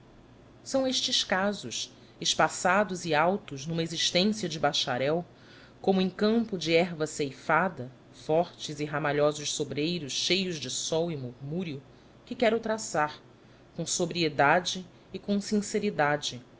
são estes casos espaçados e altos numa existência de bacharel como em campo de erva ceifada fortes e ramalhosos sobreiros cheios de sol e murmúrio que quero traçar com sobriedade e com sinceridade